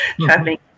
traveling